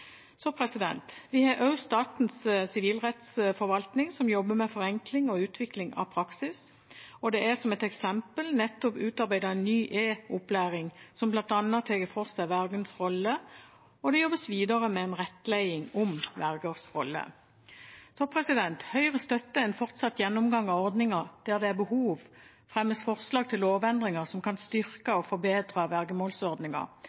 Vi har også Statens sivilrettsforvaltning, som jobber med forenkling og utvikling av praksis. Det er, som et eksempel, nettopp utarbeidet en ny e-opplæring som bl.a. tar for seg vergers rolle, og det jobbes videre med en rettledning om vergers rolle. Høyre støtter en fortsatt gjennomgang av ordningen, der det ved behov fremmes forslag til lovendringer som kan